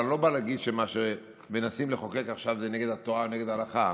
ואני לא בא להגיד שמה שמנסים לחוקק עכשיו זה נגד התורה ונגד ההלכה,